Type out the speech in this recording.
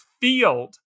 field